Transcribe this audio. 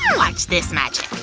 watch this magic.